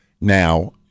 now